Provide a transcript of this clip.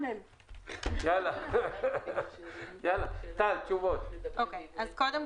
המשנה ליועץ המשפטי לממשלה --- אז אני